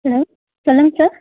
hello சொல்லுங்கள் sir